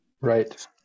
Right